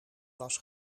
was